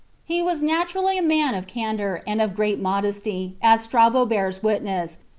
he was naturally a man of candor, and of great modesty, as strabo bears witness,